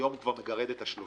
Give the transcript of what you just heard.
היום הוא כבר מגרד את ה-30,